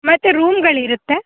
ಮತ್ತು ರೂಮ್ಗಳಿರುತ್ತೆ